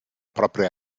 propria